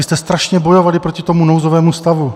Vy jste strašně bojovali proti tomu nouzovému stavu.